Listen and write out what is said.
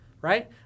right